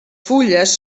fulles